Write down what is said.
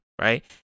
right